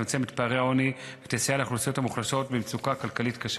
תצמצם את פערי העוני ותסייע לאוכלוסיות המוחלשות שבמצוקה כלכלית קשה.